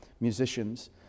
musicians